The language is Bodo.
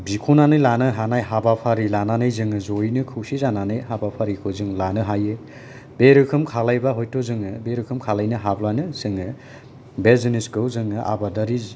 बिखनानै लानो हानाय हाबाफारि जयैनो खौसे जानानै हाबाफारिखौ जों लानो हायो बे रोखोम खालायबा हयथ बे रोखोम खालामनो हाबानो जोङो बे जिनिसखौ जोङो आबादारि